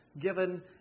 given